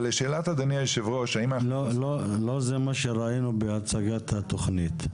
לא זה מה שראינו בהצגת התכנית.